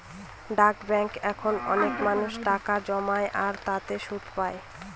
ডাক ব্যাঙ্কে এখন অনেক মানুষ টাকা জমায় আর তাতে সুদ পাই